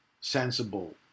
sensible